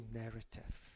narrative